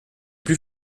plus